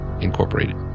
Incorporated